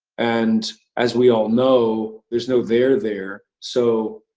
and, as we all know, there's no there, there so,